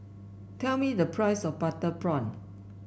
tell me the price of Butter Prawn